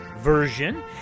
version